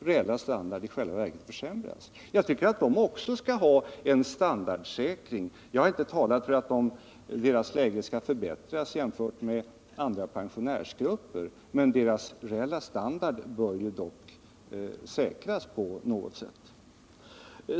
reella standard i själva verket försämras. Jag tycker att de också skall ha en standardsäkring. Jag har inte talat för att deras läge skall förbättras jämfört med andra pensionärsgruppers, men deras reella standard bör dock säkras på något sätt.